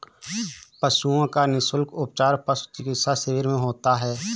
पशुओं का निःशुल्क उपचार पशु चिकित्सा शिविर में होता है